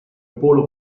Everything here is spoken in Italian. polo